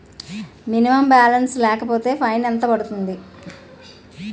Minimum balance లేకపోతే fine ఎంత పడుతుంది?